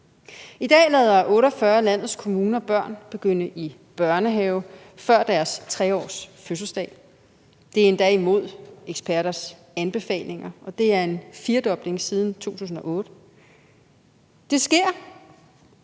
I dag lader 48 af landets kommuner børn begynde i børnehave før deres 3-årsfødselsdag. Det er endda imod eksperters anbefalinger, og det er en firdobling siden 2008. Det sker